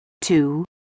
two